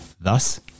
thus